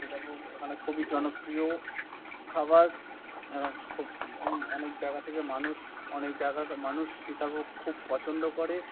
সীতাভোগ এখানে খুবই জনপ্রিয় খাবার এখানে খুব অনেক জায়গা থেকে মানুষ অনেক জায়গার মানুষ সীতাভোগ খুব পছন্দ করে